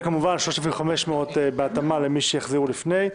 וכמובן, 3,500 בהתאמה למי שיחזירו לפני.